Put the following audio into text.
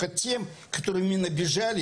אני מבקשת שלאותו דיון יגיעו ישראל